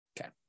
Okay